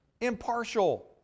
impartial